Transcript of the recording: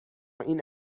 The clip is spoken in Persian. این